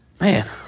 Man